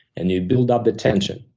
and you build up the tension.